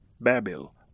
Babel